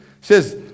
Says